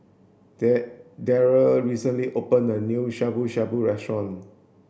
Deryl recently opened a new Shabu Shabu restaurant